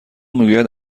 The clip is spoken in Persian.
میگوید